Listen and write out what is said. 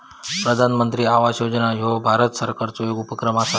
प्रधानमंत्री आवास योजना ह्यो भारत सरकारचो येक उपक्रम असा